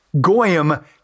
Goyim